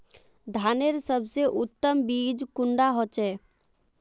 धानेर सबसे उत्तम बीज कुंडा होचए?